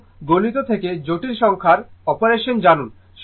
এবং সময় দেখুন 2448 গণিত থেকে জটিল সংখ্যার অপারেশন জানুন